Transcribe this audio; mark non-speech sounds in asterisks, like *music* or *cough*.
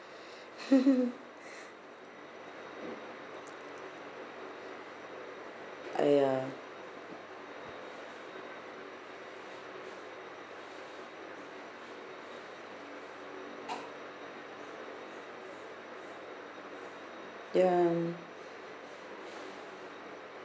*laughs* !aiya! ya